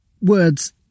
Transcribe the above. Words